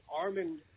Armin